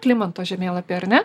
klimanto žemėlapį ar ne